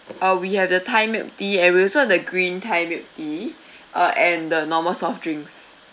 uh we have the thai milk tea and we also have the green thai milk tea uh and the normal soft drinks